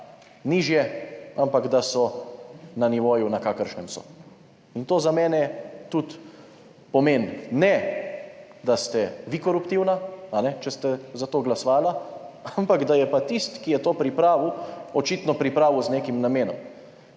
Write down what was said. nižje, ampak da so na nivoju, na kakršnem so. In to za mene tudi pomeni, ne, da ste vi koruptivna, če ste za to glasovala, ampak da je pa tisti, ki je to pripravil, očitno pripravil z nekim namenom,